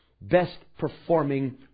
best-performing